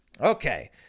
Okay